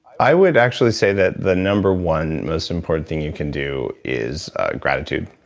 i would actually say that the number one most important thing you can do is gratitude.